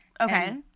Okay